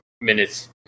minutes